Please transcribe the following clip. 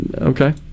okay